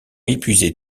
épuisé